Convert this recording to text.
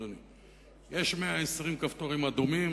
יש 120 כפתורים אדומים,